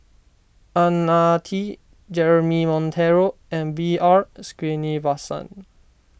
Ang Ah Tee Jeremy Monteiro and B R Sreenivasan